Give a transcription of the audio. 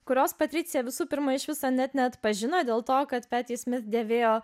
kurios patricija visų pirma iš viso net neatpažino dėl to kad dėvėjo